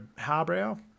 Harbrow